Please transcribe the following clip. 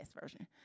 version